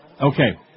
Okay